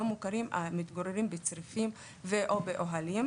מוכרים מתגוררים בצריפים או באוהלים,